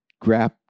grab